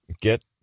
get